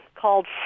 called